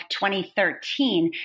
2013